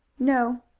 no.